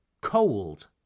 cold